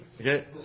Okay